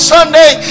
Sunday